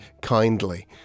kindly